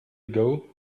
ago